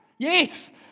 Yes